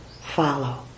follow